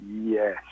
Yes